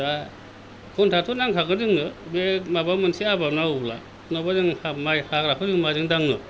दा खन्थाथ' नांखागोन जोंनो बे माबा मोनसे आबाद मावोब्ला नङाब्ला जों माइ हाग्राखौ जों माजों दांनो